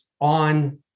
on